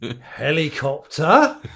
helicopter